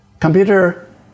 Computer